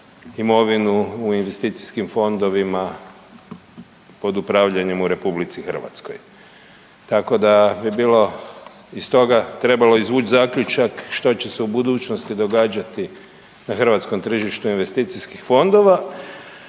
imovinu u investicijskim fondovima pod upravljanjem u RH, tako da bi bilo iz toga trebalo izvuć zaključak što će se u budućnosti događati na hrvatskom tržištu investicijskih fondova.